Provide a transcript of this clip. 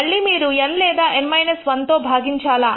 మళ్లీ మీరు N లేదా N 1 తో భాగించాలా